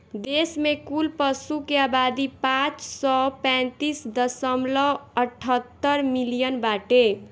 देश में कुल पशु के आबादी पाँच सौ पैंतीस दशमलव अठहत्तर मिलियन बाटे